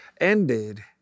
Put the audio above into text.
ended